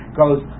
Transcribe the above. goes